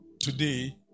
today